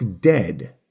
dead